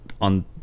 on